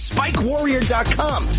SpikeWarrior.com